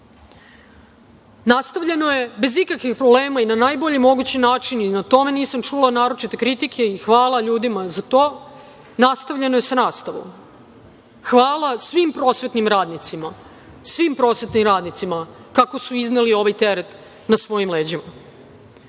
ugrožavali. Nastavljeno je bez ikakvih problema i na najbolji mogući način, o tome nisam čula naročite kritike i hvala ljudima za to, nastavljeno je sa nastavom. Hvala svim prosvetnim radnicima kako su izneli ovaj teret na svojim leđima.